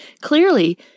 clearly